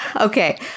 Okay